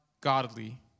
godly